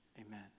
Amen